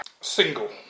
single